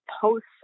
posts